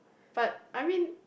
but I mean